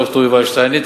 ד"ר יובל שטייניץ,